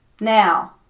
Now